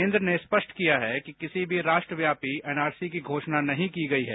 केन्द्र ने स्पष्ट किया है कि किसी भी राष्ट्रव्यापी एनआरसी की घोषणा नहीं की गई है